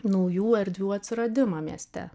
naujų erdvių atsiradimą mieste